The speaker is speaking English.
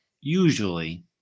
usually